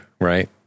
right